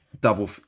double